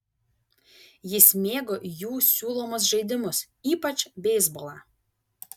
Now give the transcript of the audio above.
jis mėgo jų siūlomus žaidimus ypač beisbolą